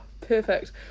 perfect